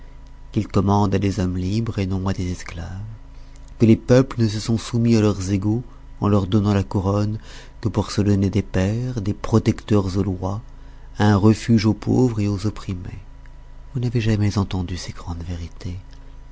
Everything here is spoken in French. qu'il commande à des hommes libres et non à des esclaves que les peuples ne se sont soumis à leurs égaux en leur donnant la couronne que pour se donner des pères des protecteurs aux lois un refuge aux pauvres et aux opprimés vous n'avez jamais entendu ces grandes vérités